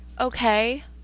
okay